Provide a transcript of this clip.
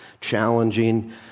challenging